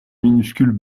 minuscules